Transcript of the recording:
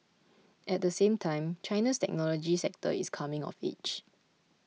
at the same time China's technology sector is coming of age